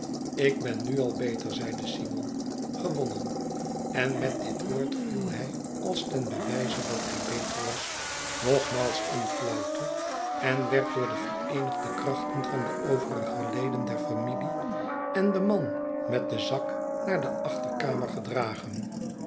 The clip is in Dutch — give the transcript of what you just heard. ik ben nu al beter zeide simon gewonnen en met dit woord viel hij als ten bewijze dat hij beter was nogmaals in flauwte en werd door de vereenigde krachten van de overige leden der familie en den man met den zak naar de achterkamer gedragen